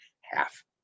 half